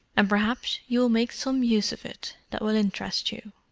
and perhaps you will make some use of it that will interest you.